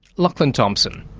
lachlan thompson.